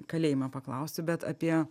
kalėjimą paklausiu bet apie